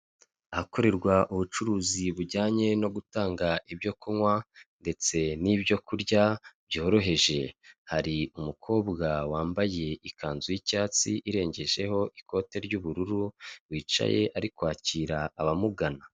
Ahakorerwa ubucuruzi bujyanye no gutanga ibyo kunywa ndetse n'ibyo kurya byoroheje, hari umukobwa wambaye ikanzu y'icyatsi irengejeho ikote ry'ubururu, wicaye ari kwakira abamugana.